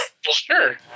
Sure